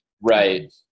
Right